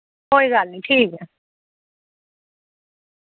कोई गल्ल निं ठीक ऐ